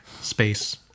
space